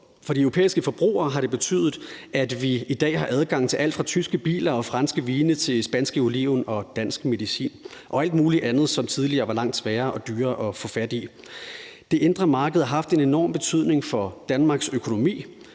for de europæiske forbrugere har det betydet, at vi i dag har adgang til alt fra tyske biler og franske vine til spanske oliven og dansk medicin og alt muligt andet, som tidligere var langt sværere og dyrere at få fat i. Det indre marked har haft en enorm betydning for Danmarks økonomi.